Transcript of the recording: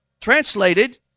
Translated